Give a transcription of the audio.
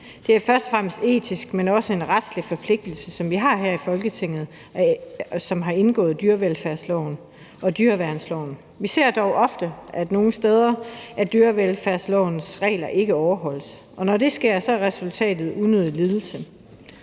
Det er først og fremmest en etisk, men også en retlig forpligtelse, som vi har her i Folketinget, og som har indgået i dyrevelfærdsloven og dyreværnsloven. Vi ser dog ofte, at dyrevelfærdslovens regler nogle steder ikke overholdes, og når det sker, er resultatet unødig lidelse.